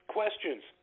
questions